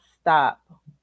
stop